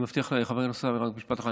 חבר הכנסת אוסאמה, רק משפט אחד.